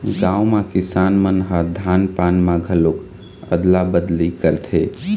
गाँव म किसान मन ह धान पान म घलोक अदला बदली करथे